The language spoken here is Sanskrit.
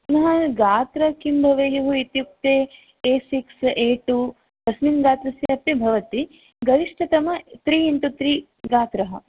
पुनः गात्र किं भवेयुः इत्युक्ते ए सिक्स् ए टु अस्मिन् गात्रस्य अपि भवति गरिष्टतम त्रि इण्टु त्रि गात्रः